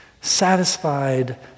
Satisfied